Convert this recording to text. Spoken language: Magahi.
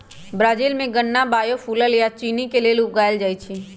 ब्राजील में गन्ना बायोफुएल आ चिन्नी के लेल उगाएल जाई छई